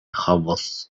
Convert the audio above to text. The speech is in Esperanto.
havos